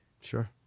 Sure